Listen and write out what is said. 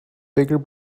bigger